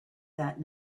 that